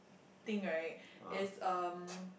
thing right is um